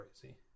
crazy